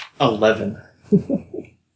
Eleven